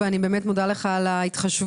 ואני באמת מודה לך על ההתחשבות,